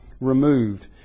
removed